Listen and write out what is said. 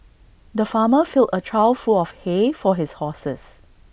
the farmer filled A trough full of hay for his horses